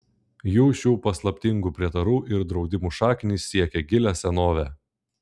jų šių paslaptingų prietarų ir draudimų šaknys siekią gilią senovę